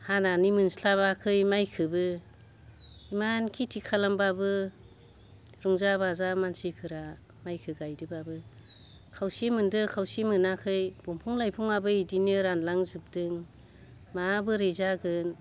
हानानै मोनस्लाबाखै माइखौबो इमान खेथि खालामबाबो रंजा बाजा मानसिफोरा माइखौ गायदोंबाबो खावसे मोनदों खावसे मोनाखै बंफां लाइफांआबो बिदिनो रानलांजोबदों माबोरै जागोन